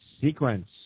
sequence